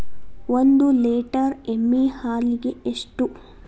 ಒಂದು ಲೇಟರ್ ಎಮ್ಮಿ ಹಾಲಿಗೆ ಎಷ್ಟು?